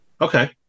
Okay